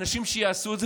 אנשים שיעשו את זה.